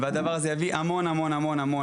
והדבר הזה יביא המון תחרות.